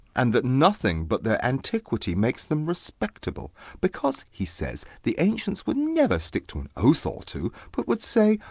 and that nothing but their antiquity makes them respectable because, he says, the ancients would never stick to an oath or two, but would say,